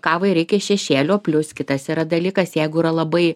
kavai reikia šešėlių plius kitas yra dalykas jeigu yra labai